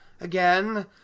again